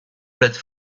plate